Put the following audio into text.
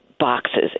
Boxes